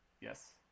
Yes